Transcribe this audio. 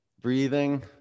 breathing